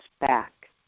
back